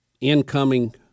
incoming